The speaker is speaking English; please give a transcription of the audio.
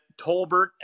Tolbert